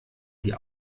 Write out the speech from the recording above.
die